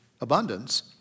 abundance